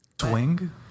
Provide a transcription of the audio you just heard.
Swing